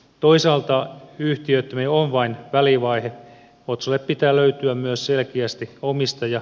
toisaalta yhtiöittäminen on vain välivaihe otsolle pitää löytyä myös selkeästi omistaja